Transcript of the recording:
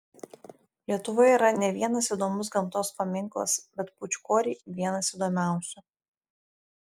lietuvoje yra ne vienas įdomus gamtos paminklas bet pūčkoriai vienas įdomiausių